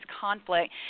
conflict